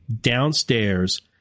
downstairs